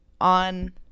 on